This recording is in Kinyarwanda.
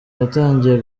yatangiye